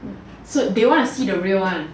so they want to see the real one